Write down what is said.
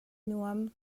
nuam